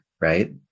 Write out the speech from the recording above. right